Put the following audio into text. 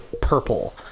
purple